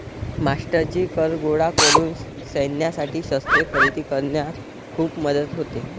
मास्टरजी कर गोळा करून सैन्यासाठी शस्त्रे खरेदी करण्यात खूप मदत होते